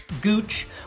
gooch